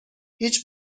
هیچ